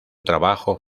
trabajo